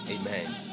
Amen